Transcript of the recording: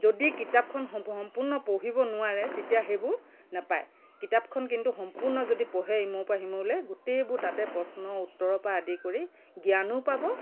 যদি কিতাপখন সম্পূৰ্ণ পঢ়িব নোৱাৰে তেতিয়া সেইবোৰ নেপায় কিতাপখন কিন্তু সম্পূৰ্ণ যদি পঢ়ে ইমূৰৰ পৰা সিমূৰলৈ গোটেইবোৰ তাতে প্ৰশ্ন উত্তৰৰ পৰা আদি কৰি জ্ঞানো পাব